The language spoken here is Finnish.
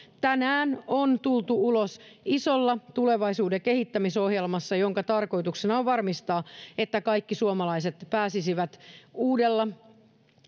tänään on tultu ulos isolla tulevaisuuden kehittämisohjelmalla jonka tarkoituksena on varmistaa että kaikki suomalaiset pääsisivät uudella